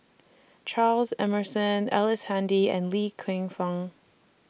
Charles Emmerson Ellice Handy and Li Lienfung